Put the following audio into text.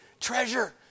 treasure